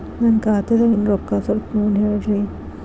ನನ್ನ ಖಾತೆದಾಗಿನ ರೊಕ್ಕ ಸ್ವಲ್ಪ ನೋಡಿ ಹೇಳ್ರಿ